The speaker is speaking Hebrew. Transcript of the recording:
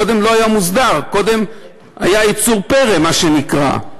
קודם לא היה מוסדר, קודם היה יצור פרא, מה שנקרא,